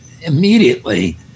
immediately